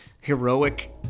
heroic